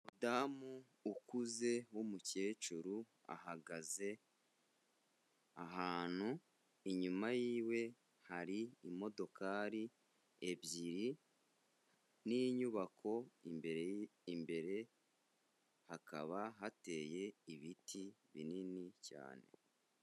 Umudamu ukuze w'umukecuru ahagaze ahantu inyuma y'iwe hari imodokari ebyiri n'inyubako imbere hakaba hateye ibiti binini cyane.